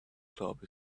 club